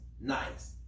nice